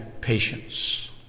patience